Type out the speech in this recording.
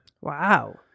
Wow